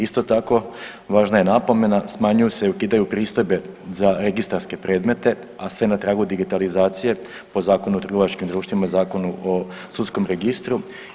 Isto tako važna je napomena smanjuju se i ukidaju pristojbe za registarske predmete, a sve na tragu digitalizacije po Zakonu o trgovačkim društvima i Zakonu o sudskom registru.